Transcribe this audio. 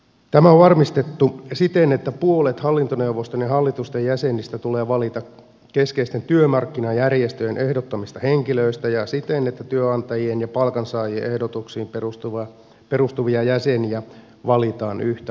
tämä on varmistettu siten että puolet hallintoneuvoston ja hallitusten jäsenistä tulee valita keskeisten työmarkkinajärjestöjen ehdottomista henkilöistä ja siten että työnantajien ja palkansaajien ehdotuksiin perustuvia jäseniä valitaan yhtä monta